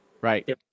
Right